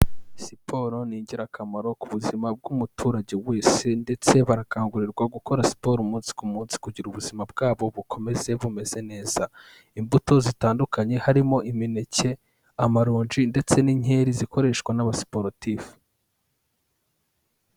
Siporo ni ingirakamaro ku buzima bw'umuturage wese ndetse barakangurirwa gukora siporo umunsi ku munsi kugira ubuzima bwabo bukomeze bumeze neza, imbuto zitandukanye harimo imineke, amaronji ndetse n'inkeri zikoreshwa n'aba sportif.